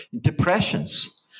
depressions